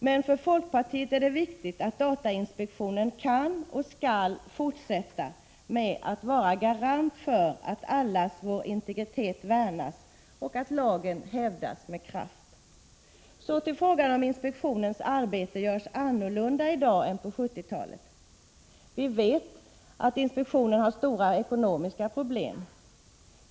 Men för folkpartiet är det viktigt att datainspektionen kan vara — och skall fortsätta att vara — en garant för att allas vår integritet värnas och att datalagen med kraft hävdas. Så till frågan om inspektionens arbete görs annorlunda i dag än på 1970-talet. Vi vet att inspektionen har stora ekonomiska problem.